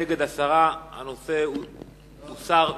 נגד, 10. הנושא הוסר מסדר-היום.